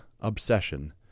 obsession